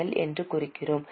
L என்று குறிக்கிறோம்